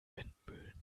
windmühlen